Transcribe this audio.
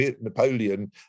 Napoleon